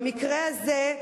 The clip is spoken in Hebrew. במקרה הזה,